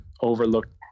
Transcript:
overlooked